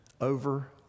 over